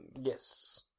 Yes